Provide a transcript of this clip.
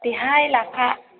देहाय लाफा